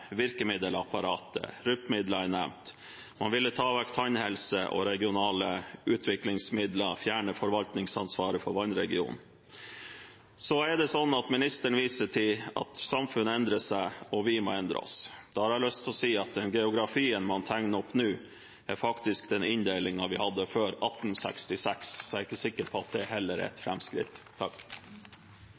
virkemiddelapparatet, RUT-midler er nevnt. Man ville ta vekk tannhelse og regionale utviklingsmidler og fjerne forvaltningsansvaret for vannregionen. Så er det slik at statsråden viste til at samfunnet endrer seg, og at vi må endre oss. Da har jeg lyst til å si at den geografien man tegner opp nå, faktisk er den inndelingen vi hadde før 1866, så jeg er ikke sikker på at det heller er et